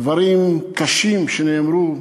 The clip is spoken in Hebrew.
דברים קשים שנאמרו,